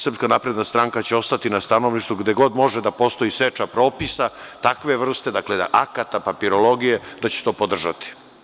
Srpska napredna stranka će ostati na stanovištu gde god može da postoji seča propisa takve vrste, dakle akata papirologije da će to podržati.